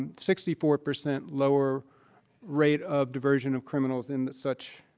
and sixty four percent lower rate of diversion of criminals and such